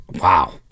wow